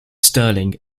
sterling